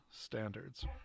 standards